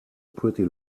pretty